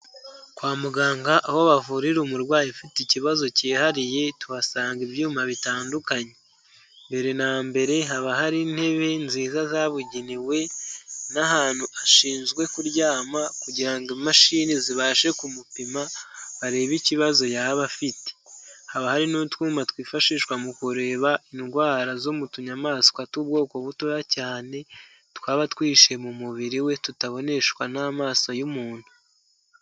Kwa muganga aho bavurira umurwayi ufite ikibazo cyihariye, tuhasanga ibyuma bitandukanye. Mbere na mbere haba hari intebe nziza zabugenewe, n'ahantu ashinzwe kuryama kugira imashini zibashe kumupima arebe ikibazo yaba afite. Haba hari n'utwuma twifashishwa mu kureba indwara zo mu tunyamaswa tw'ubwoko butoya cyane, twaba twihishe mu mubiri we tutaboneshwa n'amaso y'umuntu.